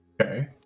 okay